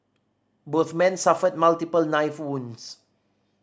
both men suffered multiple knife wounds